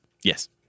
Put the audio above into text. Yes